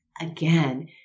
again